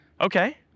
Okay